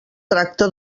tracta